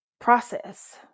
process